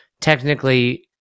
technically